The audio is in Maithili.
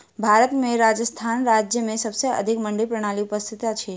भारत में राजस्थान राज्य में सबसे अधिक मंडी प्रणाली उपस्थित अछि